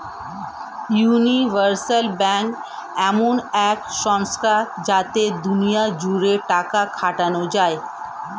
universal bank এমন এক সংস্থা যাতে দুনিয়া জুড়ে টাকা খাটানো যায়